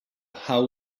how